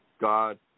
god